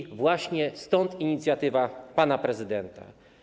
I właśnie stąd inicjatywa pana prezydenta.